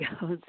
goes